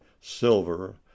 silver